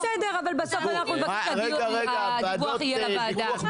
בסוף הדיווח יהיה לוועדה.